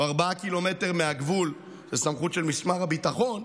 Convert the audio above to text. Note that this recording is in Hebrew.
ארבעה קילומטר מהגבול, היא סמכות של משרד הביטחון,